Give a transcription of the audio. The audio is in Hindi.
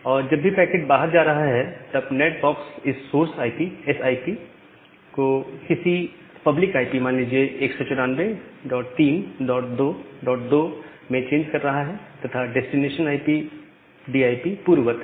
और जब भी पैकेट बाहर जा रहा है तब नैट बॉक्स इस सोर्स आईपी को किसी पब्लिक आईपी मान लीजिए 194322 में चेंज कर रहा है तथा डेस्टिनेशन आईपी पूर्ववत है